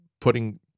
putting